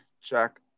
check